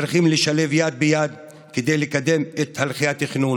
צריכים לשלב יד ביד כדי לקדם את הליכי התכנון.